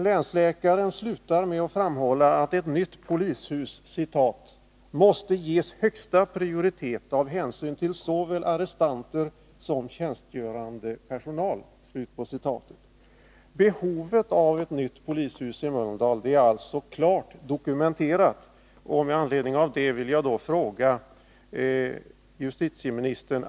Länsläkaren slutar sitt brev till rikspolisstyrelsen, som rapporten var fogad till, med att framhålla att ett nytt polishus ”måste ges högsta prioritet av hänsyn till såväl arrestanter som tjänstgörande personal”.